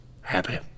happy